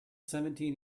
seventeen